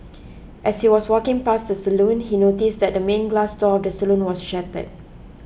as he was walking past the salon he noticed that the main glass door of the salon was shattered